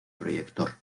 proyector